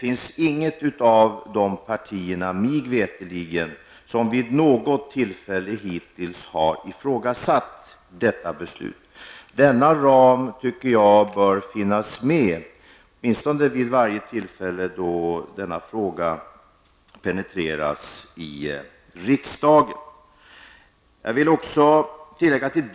Inget av dessa partier har mig veterligt vid något tillfälle hittills ifrågasatt detta beslut. Denna ram tycker jag bör finnas med -- åtminstone vid varje tillfälle då denna fråga penetreras i riksdagen.